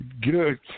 Good